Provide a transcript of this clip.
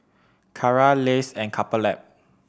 Kara Lays and Couple Lab